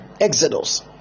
Exodus